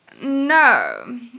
No